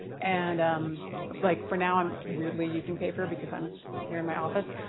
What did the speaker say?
and um like for now i'm weirdly using paper because i'm here in my office.